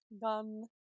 Gun